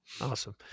Awesome